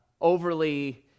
overly